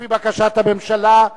לפי בקשת הממשלה,